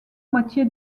moitié